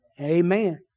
Amen